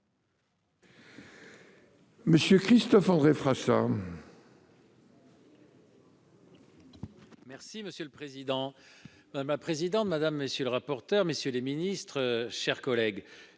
Monsieur Christophe André Frassa.